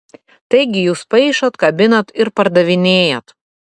taigi jūs paišot kabinat ir pardavinėjat